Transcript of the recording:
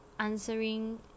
answering